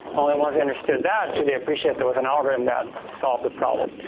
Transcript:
only once they understood that could they appreciate there was an algorithm that solved the problem.